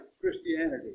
Christianity